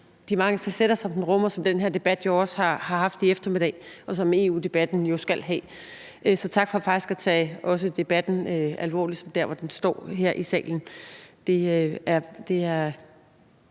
de mange facetter, som den her debat rummer og også har haft i eftermiddag, og som EU-debatten jo skal have. Så tak for faktisk også at tage debatten alvorligt der, hvor den står her i salen